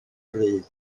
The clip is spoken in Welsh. bryd